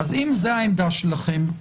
אם זו העמדה שלכם,